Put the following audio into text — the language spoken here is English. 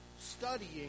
studying